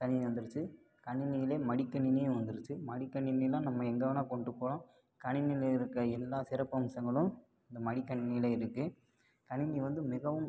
கணினி வந்துருச்சு கணினியில் மடிக்கணினியும் வந்துருச்சு மடிக்கணினியெலாம் நம்ம எங்கே வேணால் கொண்டு போகலாம் கணினியில் இருக்கற எல்லா சிறப்பம்சங்களும் இந்த மடிக்கணினியில் இருக்குது கணினி வந்து மிகவும்